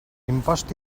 imposts